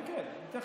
כן, כן, אני אתייחס.